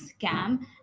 scam